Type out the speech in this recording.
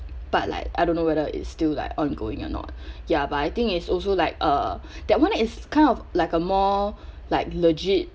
but like I I don't know whether it's still like ongoing or not ya but I think it's also like uh that one is kind of like a more like legit